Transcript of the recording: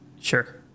Sure